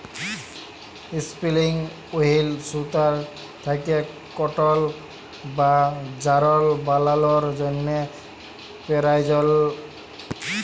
ইসপিলিং wheel সুতা থ্যাকে কটল বা যারল বালালোর জ্যনহে পেরায়জল